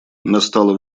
настало